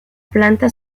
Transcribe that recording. planta